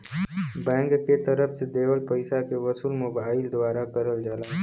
bank के तरफ से देवल पइसा के वसूली मोबाइल द्वारा करल जाला